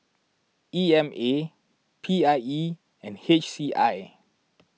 E M A P I E and H C I